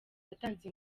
atanze